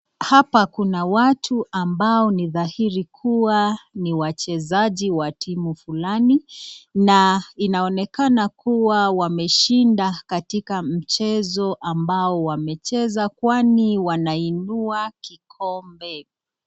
Hapa kuna watu ambao ni dhahiri kuwa ni wachezaji wa timu fulani na inaonekana kuwa wameshinda katika mchezo ambao wamecheza kwani wanainua kikombe.